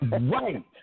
Right